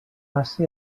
passe